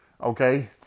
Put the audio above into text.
okay